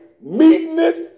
meekness